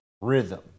rhythm